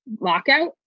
lockout